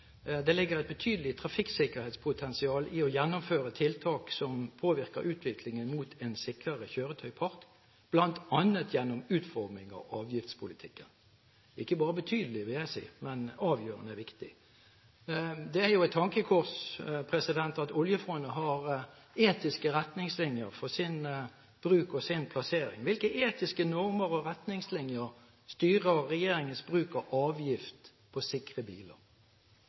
det «ligger et betydelig trafikksikkerhetspotensial i å gjennomføre tiltak som påvirker utviklingen mot en sikrere kjøretøypark», bl.a. gjennom utformingen av avgiftspolitikken. Ikke bare betydelig, vil jeg si, men det er avgjørende viktig. Det er et tankekors at oljefondet har etiske retningslinjer for sin bruk og sin plassering. Hvilke etiske normer og retningslinjer styrer regjeringens bruk av avgift på sikre biler?